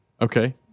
Okay